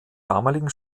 damaligen